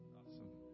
awesome